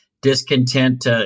discontent